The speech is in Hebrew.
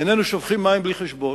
איננו שופכים מים בלי חשבון.